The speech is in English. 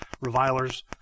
revilers